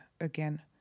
again